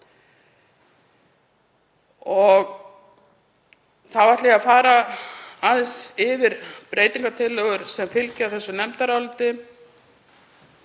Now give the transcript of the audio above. Þá ætla ég að fara aðeins yfir breytingartillögur sem fylgja þessu nefndaráliti.